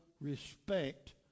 respect